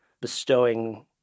bestowing